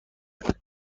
کنیم